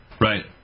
Right